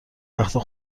وقتها